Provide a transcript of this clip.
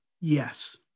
yes